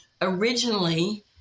Originally